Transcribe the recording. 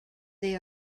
they